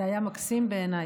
זה היה ממש מקסים בעיניי.